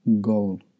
goal